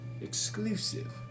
exclusive